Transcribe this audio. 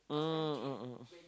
mm mm mm mm